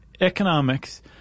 economics